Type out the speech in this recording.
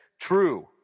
True